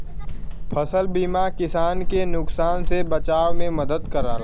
फसल बीमा किसान के नुकसान से बचाव में मदद करला